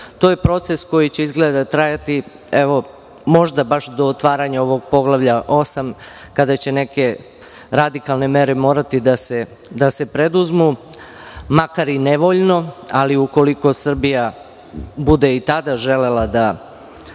To je proces koji će izgleda trajati, evo, možda baš do otvaranja ovog Poglavlja VIII, kada će neke radikalne mere morati da se preduzmu, makar i nevoljno, ali ukoliko Srbija bude i tada želela da